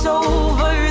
over